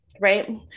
right